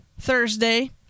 Thursday